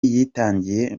yitangiye